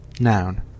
noun